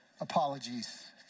apologies